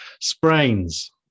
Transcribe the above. sprains